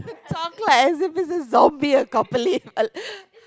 sounds like as if it's a zombie acopalypse